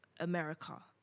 America